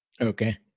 Okay